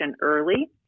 early